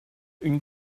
une